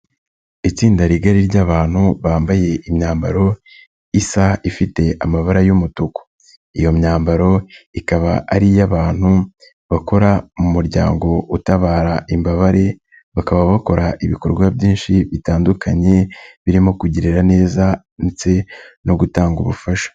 Itsinda rigari ry'abantu bambaye imyambaro isa ifite amabara y'umutuku. Iyo myambaro ikaba ari iy'abantu bakora mu muryango utabara imbabare, bakaba bakora ibikorwa byinshi bitandukanye, birimo kugirira neza ndetse no gutanga ubufasha.